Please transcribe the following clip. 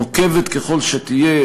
נוקבת ככל שתהיה,